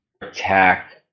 attack